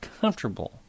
comfortable